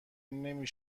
نمی